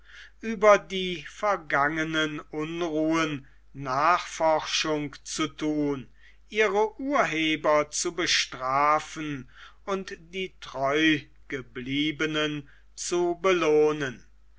über die vergangenen unruhen nachforschung zu thun ihre urheber zu bestrafen und die treugebliebenen zu belohnen